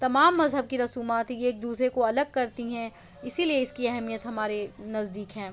تمام مذہب کی رسومات یہ ایک دوسرے کو الگ کرتی ہیں اسی لیے اس کی اہمیت ہمارے نزدیک ہے